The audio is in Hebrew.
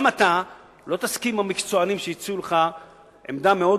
גם אתה לא תסכים עם המקצוענים שהציעו לך עמדה לא